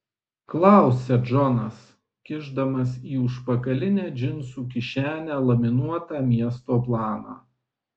klausia džonas kišdamas į užpakalinę džinsų kišenę laminuotą miesto planą